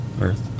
Earth